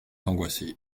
angoissé